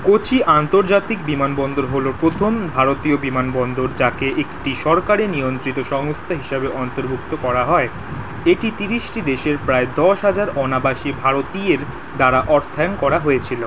কোচি আন্তর্জাতিক বিমানবন্দর হলো প্রথম ভারতীয় বিমানবন্দর যাকে একটি সরকারি নিয়ন্ত্রিত সংস্তা হিসাবে অন্তর্ভুক্ত করা হয় এটি তিরিশটি দেশের প্রায় দশ হাজার অনাবাসী ভারতীয়ের দ্বারা অর্থায়ন করা হয়েছিলো